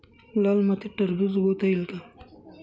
लाल मातीत टरबूज उगवता येईल का?